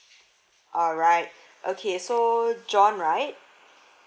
alright okay so john right